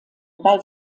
bei